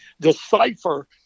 decipher